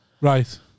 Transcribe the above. Right